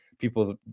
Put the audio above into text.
People